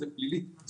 זה פלילי,